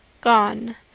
Gone